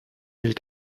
mille